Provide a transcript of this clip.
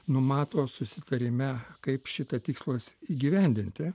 numato susitarime kaip šitą tikslas įgyvendinti